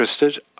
interested